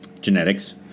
genetics